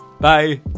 Bye